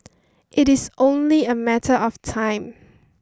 it is only a matter of time